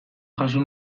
jaso